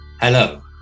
Hello